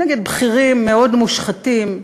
נגד בכירים מאוד מושחתים,